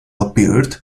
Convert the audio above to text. appeared